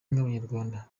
nk’abanyarwanda